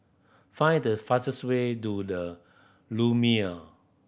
find the fastest way to The Lumiere